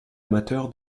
amateur